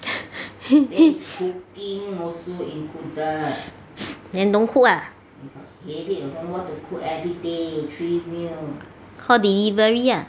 then don't cook ah call delivery lah